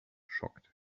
shocked